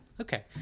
Okay